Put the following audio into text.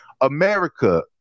America